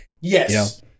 Yes